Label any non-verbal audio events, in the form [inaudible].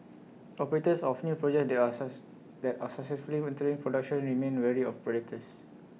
operators of new projects that are [unintelligible] they are successfully entering production remain wary of predators